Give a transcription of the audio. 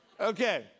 Okay